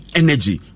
energy